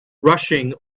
rushing